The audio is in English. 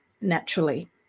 naturally